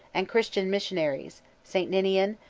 and christian missionaries, st. ninian,